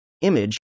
image